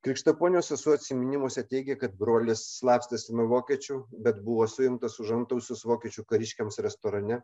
krikštaponio sesuo atsiminimuose teigė kad brolis slapstėsi nuo vokiečių bet buvo suimtas už antausius vokiečių kariškiams restorane